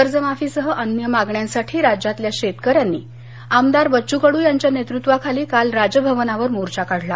कर्जमाफीसह अन्य मागण्यांसाठी राज्यातल्या शेतकऱ्यांनी आमदार बच्चू कडू यांच्या नेतृत्वाखाली काल राजभवनावर मोर्चा काढला